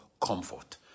comfort